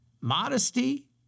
modesty